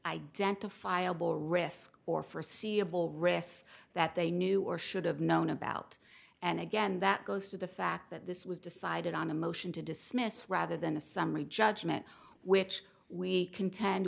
identifiable risk or forseeable risks that they knew or should have known about and again that goes to the fact that this was decided on a motion to dismiss rather than a summary judgment which we contend